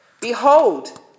Behold